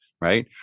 right